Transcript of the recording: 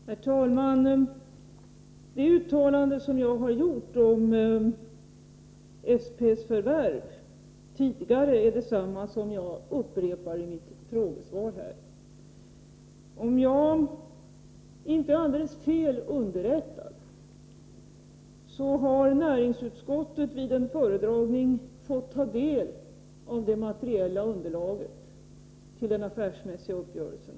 Herr talman! Det uttalande som jag tidigare har gjort om SP:s förvärv är detsamma som jag upprepar i mitt svar. Om jag inte är alldeles felunderrättad har näringsutskottet vid en föredragning fått ta del av det materiella underlaget till den affärsmässiga uppgörelsen.